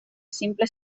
simple